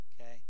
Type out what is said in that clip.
Okay